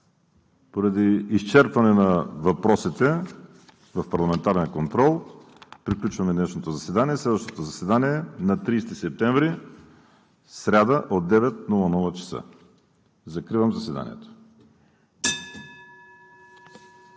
Поради изчерпване на въпросите в парламентарния контрол, приключваме днешното заседание. Следващото заседание е на 30 септември, сряда, от 9,00 ч. Закривам заседанието.